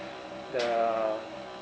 the